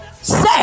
Say